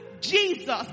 Jesus